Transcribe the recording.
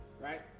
right